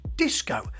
Disco